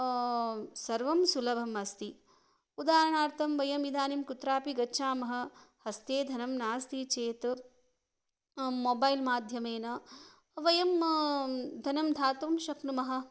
सर्वं सुलभम् अस्ति उदाहरणार्थं वयम् इदानीं कुत्रापि गच्छामः हस्ते धनं नास्ति चेत् मोबैल् माध्यमेन वयं धनं धातुं शक्नुमः